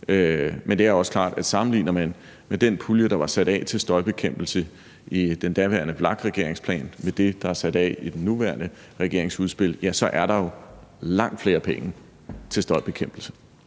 Men det er også klart, at sammenligner man den pulje, der var sat af til støjbekæmpelse i den daværende VLAK-regerings plan, med det, der er sat af i den nuværende regerings udspil, er der jo langt flere penge til støjbekæmpelse.